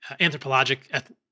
anthropologic